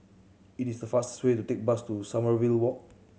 it is faster way to take bus to Sommerville Walk